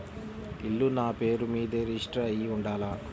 ఇల్లు నాపేరు మీదే రిజిస్టర్ అయ్యి ఉండాల?